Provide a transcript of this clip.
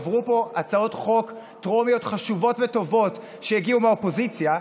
עברו פה בטרומית הצעות חוק חשובות וטובות שהגיעו מהאופוזיציה,